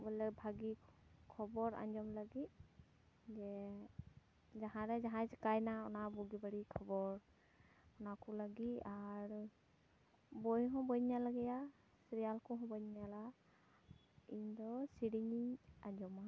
ᱵᱚᱞᱮ ᱵᱷᱟᱜᱮ ᱠᱷᱚᱵᱚᱨ ᱟᱸᱡᱚᱢ ᱞᱟᱹᱜᱤᱫ ᱡᱮ ᱡᱟᱦᱟ ᱨᱮ ᱡᱟᱦᱟᱸᱭ ᱪᱮᱠᱟᱭᱮᱱᱟ ᱚᱱᱟ ᱵᱩᱜᱮ ᱵᱟᱹᱲᱤᱡ ᱠᱷᱚᱵᱚᱨ ᱚᱱᱟ ᱠᱚ ᱞᱟᱹᱜᱤᱫ ᱟᱨ ᱵᱳᱭ ᱦᱚᱸ ᱵᱟᱹᱧ ᱧᱮᱞ ᱜᱮᱭᱟ ᱥᱤᱨᱭᱟᱞ ᱠᱚᱦᱚᱸ ᱵᱟᱹᱧ ᱧᱮᱞᱟ ᱤᱧ ᱫᱚ ᱥᱮᱨᱮᱧ ᱤᱧ ᱟᱸᱡᱚᱢᱟ